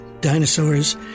dinosaurs